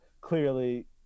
clearly